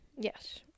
yes